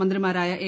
മന്ത്രിമാരായ എ